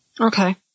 Okay